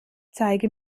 zeige